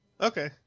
Okay